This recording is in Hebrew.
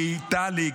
טלי,